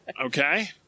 Okay